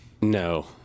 No